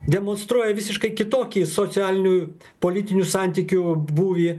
demonstruoja visiškai kitokį socialinių politinių santykių būvį